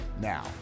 now